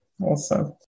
awesome